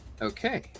Okay